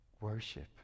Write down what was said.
Worship